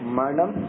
madam